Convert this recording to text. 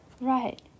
right